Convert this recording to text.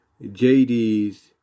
JD's